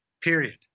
period